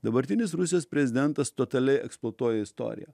dabartinis rusijos prezidentas totaliai eksploatuoja istoriją